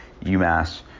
UMass